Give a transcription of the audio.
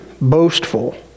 boastful